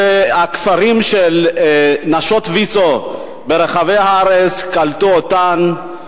והכפרים של נשות ויצו ברחבי הארץ קלטו אותם,